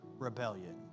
Rebellion